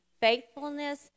faithfulness